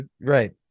Right